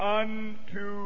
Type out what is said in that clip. unto